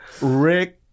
Rick